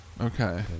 Okay